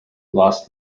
lost